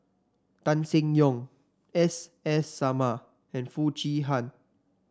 Tan Seng Yong S S Sarma and Foo Chee Han